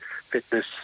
fitness